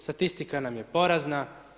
Statistika nam je porazna.